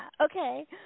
Okay